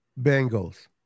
Bengals